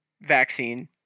vaccine